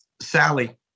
Sally